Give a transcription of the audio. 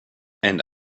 and